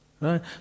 Right